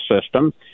system